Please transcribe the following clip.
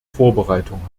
vorbereitung